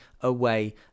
away